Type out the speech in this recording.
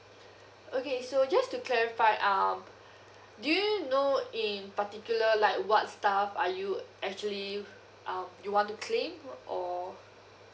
okay so just to clarify um do you know in particular like what stuff are you actually uh you want to claim or